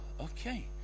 okay